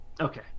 Okay